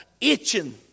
itching